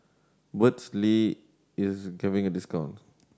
burt's lee is giving a discount